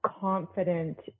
confident